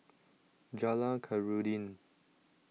Jalan Khairuddin